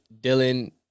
dylan